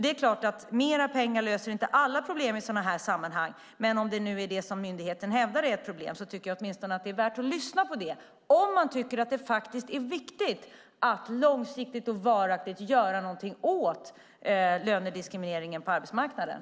Det är klart att mer pengar inte löser alla problem i sådana här sammanhang, men om nu myndigheten hävdar att det är ett problem tycker jag att det i alla fall är värt att lyssna på det, om man tycker att det är viktigt att långsiktigt och varaktigt göra någonting åt lönediskrimineringen på arbetsmarknaden.